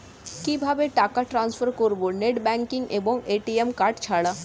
কিভাবে টাকা টান্সফার করব নেট ব্যাংকিং এবং এ.টি.এম কার্ড ছাড়া?